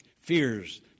fears